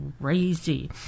crazy